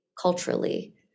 culturally